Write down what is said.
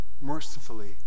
mercifully